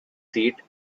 seat